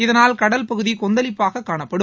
இதனால் கடல்பகுதி கொந்தளிப்பாக காணப்படும்